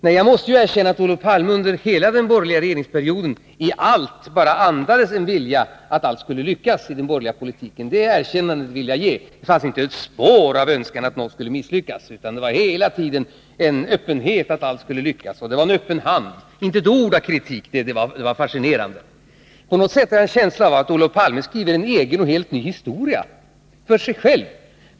Nej, jag måste nog erkänna att Olof Palme under hela den borgerliga regeringsperioden i allt bara andades en vilja att allt skulle lyckas i den borgerliga politiken! Det erkännandet vill jag ge. Det fanns inte ett spår av önskan att allt skulle misslyckas, utan det var hela tiden en öppenhet att allt skulle lyckas. Det var en öppen hand, och inte ett ord av kritik. Det var fascinerande. På något sätt har jag en känsla av att Olof Palme skriver en egen och helt ny historia för sig själv.